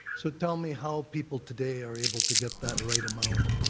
so tell me how people today are able to get that right amount.